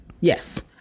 Yes